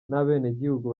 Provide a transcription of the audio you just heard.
n’abenegihugu